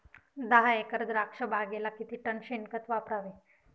दहा एकर द्राक्षबागेला किती टन शेणखत वापरावे?